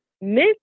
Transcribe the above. miss